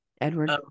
Edward